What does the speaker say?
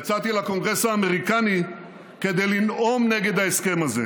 יצאתי לקונגרס האמריקני כדי לנאום נגד ההסכם הזה,